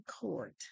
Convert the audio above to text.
Court